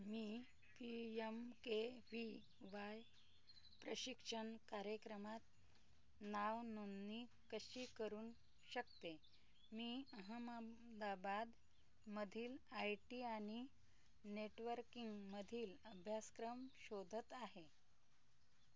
मी P M K V Y प्रशिक्षण कार्यक्रमात नावनोंदणी कशी करू शकते मी अहमदाबादमधील आय टी आणि नेटवर्किंगमधील अभ्यासक्रम शोधत आहे